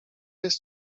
jest